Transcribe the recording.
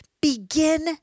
begin